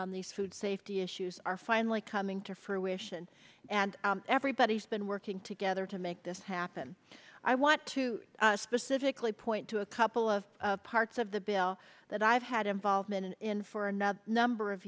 on these food safety issues are finally coming to fruition and everybody's been working together to make this happen i want to specifically point to a couple of parts of the bill that i've had involvement in for another number of